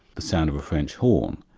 the sound of a french horn,